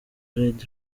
red